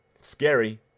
scary